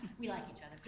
we like each other.